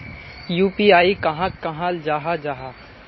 UPI कहाक कहाल जाहा जाहा?